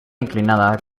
inclinada